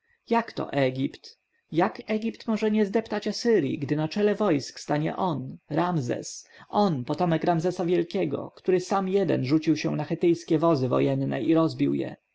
krew jakto egipt jak egipt może nie zdeptać asyrji gdy na czele wojsk stanie on ramzes on potomek ramzesa wielkiego który sam jeden rzucił się na chetyjskie wozy wojenne i rozbił